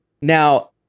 now